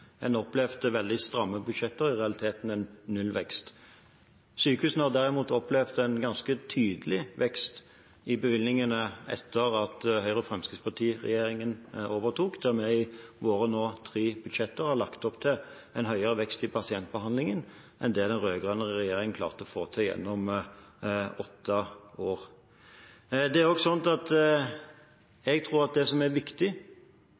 en opplevde veldig stramme budsjetter, i realiteten en nullvekst. Sykehusene har derimot opplevd en ganske tydelig vekst i bevilgningene etter at Høyre–Fremskrittsparti-regjeringen overtok, der vi i våre – nå tre – budsjetter har lagt opp til en høyere vekst i pasientbehandlingen enn det den rød-grønne regjeringen klarte å få til gjennom åtte år. Jeg tror at det som er viktig,